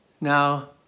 Now